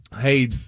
Hey